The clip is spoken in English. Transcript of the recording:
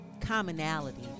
commonality